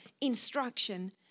instruction